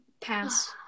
pass